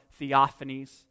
theophanies